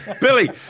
Billy